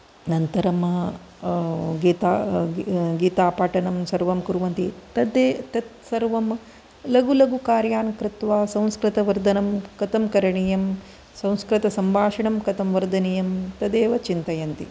अनन्तरं गीता गीतापाठनं सर्वं कुर्वन्ति तत्सर्वं लघु लघु कार्यान् कृत्वा संस्कृतवर्धनं कथं करणीयं संस्कृतसम्भाषणं कथं वर्धनीयं तदेव चिन्तयन्ति